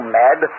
mad